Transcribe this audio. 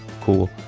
cool